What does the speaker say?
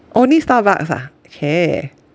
only Starbucks ah !chey!